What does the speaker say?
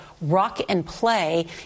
rock-and-play